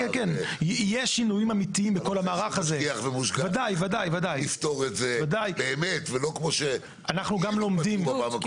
יהיה משגיח ומושגח יפתור את זה באמת ולא כמו שבפעם הקודמת.